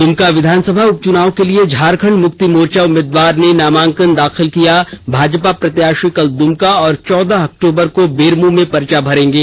दुमका विधानसभा उपचुनाव के लिए झारखंड मुक्ति मोर्चा उम्मीदवार ने नामांकन दाखिल किया भाजपा प्रत्याषी कल दुमका और चौदह अक्टूबर को बेरमो में पर्चा भरेंगे